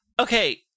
okay